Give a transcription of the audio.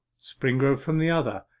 springrove from the other,